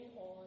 on